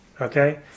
Okay